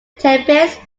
tempest